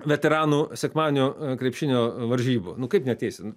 veteranų sekmadienio krepšinio varžybų nu kaip neateisi nu